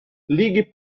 ligue